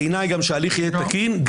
בעיניי גם שההליך יהיה תקין,